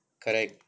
correct